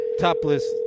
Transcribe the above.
Topless